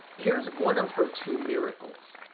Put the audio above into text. here's one of her two miracles.